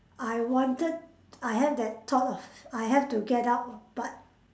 I wanted I have that thought I have to get out but